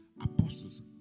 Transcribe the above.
apostles